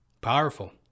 Powerful